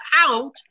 out